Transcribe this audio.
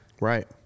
Right